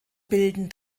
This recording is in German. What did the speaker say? bilden